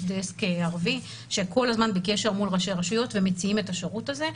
יש דסק ערבי שהם כל הזמן בקשר מול ראשי הרשויות ומציעים את השירות הזה.